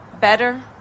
better